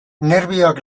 nerbioak